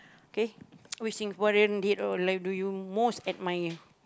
okay which Singaporean dead or alive do you most admire